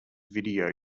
video